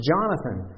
Jonathan